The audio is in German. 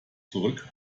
zurück